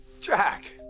Jack